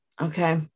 Okay